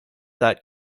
that